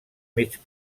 mig